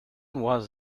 was